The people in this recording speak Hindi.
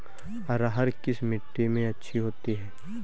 अरहर किस मिट्टी में अच्छी होती है?